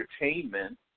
entertainment